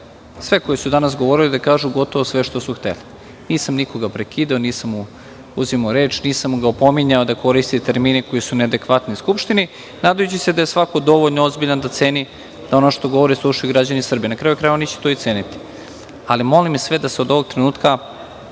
sve koji su danas govorili da kažu gotovo sve što su hteli. Nisam nikoga prekidao, nisam mu uzimao reč, nisam ga opominjao da koristi termine koji su neadekvatni Skupštini, nadajući se da je svako dovoljno ozbiljan da ceni da ono što govori slušaju građani Srbije, na kraju krajeva oni će to i ceniti. Molim sve da od ovog trenutka